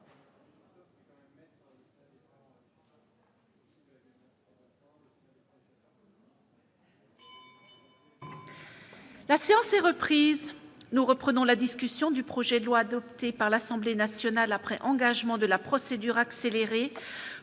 La séance est reprise. Nous reprenons la discussion du projet de loi, adopté par l'Assemblée nationale après engagement de la procédure accélérée,